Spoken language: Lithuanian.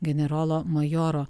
generolo majoro